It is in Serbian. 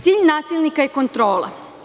Cilj nasilnika je kontrola.